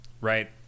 right